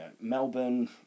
Melbourne